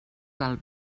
del